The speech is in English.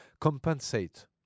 compensate